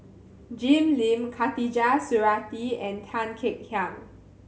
Jim Lim Khatijah Surattee and Tan Kek Hiang